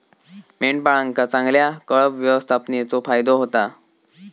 मेंढपाळांका चांगल्या कळप व्यवस्थापनेचो फायदो होता